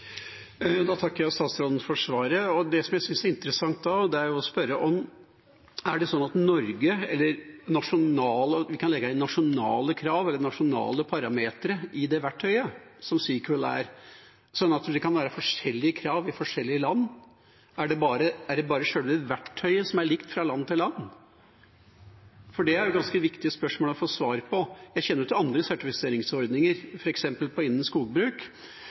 Jeg takker statsråden for svaret. Det som jeg synes er interessant da, er å spørre om vi i Norge kan legge inn nasjonale krav eller nasjonale parametre i det verktøyet som CEEQUEL er, sånn at det kan være forskjellige krav i forskjellige land. Er det bare sjølve verktøyet som er likt fra land til land? Det er ganske viktige spørsmål å få svar på. Jeg kjenner til andre sertifiseringsordninger, f.eks. innen skogbruk.